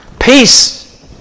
Peace